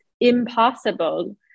impossible